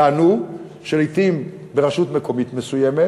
טענו שלעתים ברשות מקומית מסוימת